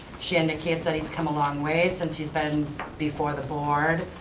she indicates that he's come a long way since he's been before the board,